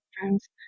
friends